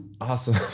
Awesome